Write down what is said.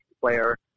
player